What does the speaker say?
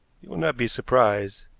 you will not be surprised,